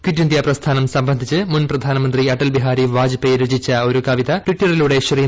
quit India പ്രസ്ഥാനം സംബന്ധിച്ച് മുൻ പ്രധാനമന്ത്രി അടൽബിഹാരി വാജ്പെയ് രചിച്ച ഒരു കവിത ടിറ്ററിലൂടെ ശ്രീ